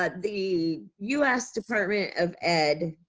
but the u s. department of ed,